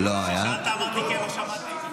לא היה, כששאלת, אמרתי "כן", לא שמעת.